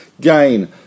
gain